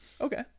Okay